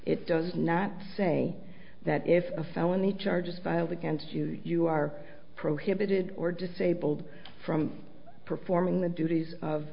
it does not say that if a felony charges filed against you you are prohibited or disabled from performing the duties of